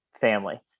family